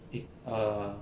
eh err